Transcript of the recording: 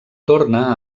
torna